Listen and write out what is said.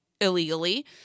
illegally